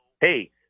hey